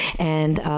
and,